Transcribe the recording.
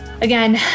Again